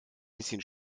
bisschen